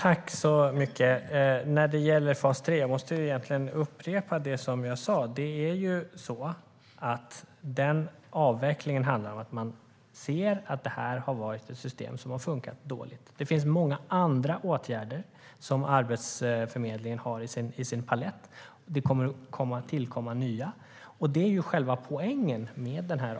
Herr talman! Låt mig upprepa det jag sa om fas 3. Vi avvecklar detta system för att vi ser att det har funkat dåligt. Arbetsförmedlingen har många andra åtgärder på sin palett, och det tillkommer också nya.